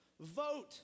vote